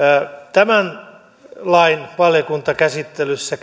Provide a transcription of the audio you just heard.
tämän lain valiokuntakäsittelyssä